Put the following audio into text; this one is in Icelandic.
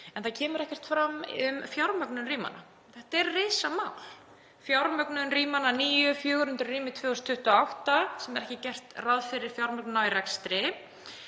en það kemur ekkert fram um fjármögnun rýmanna. Þetta er risamál, fjármögnun rýmanna nýju: 400 rými 2028 sem ekki er gert ráð fyrir fjármögnun á í rekstri.